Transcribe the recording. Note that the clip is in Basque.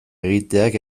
egiteak